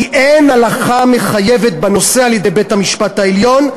כי אין הלכה מחייבת בנושא על-ידי בית-המשפט העליון,